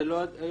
זה לא האירוע.